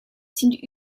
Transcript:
sind